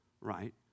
right